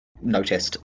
noticed